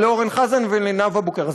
לאורן חזן ולנאוה בוקר.